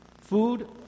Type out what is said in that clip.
Food